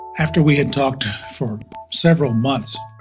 after we had talked for several months,